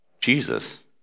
Jesus